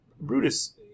Brutus